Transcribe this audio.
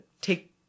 take